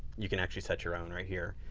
you can actually set your own right here